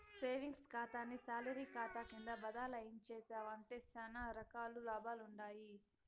savings కాతాని salary కాతా కింద బదలాయించేశావంటే సానా రకాల లాభాలుండాయి